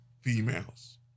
females